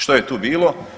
Što je tu bilo?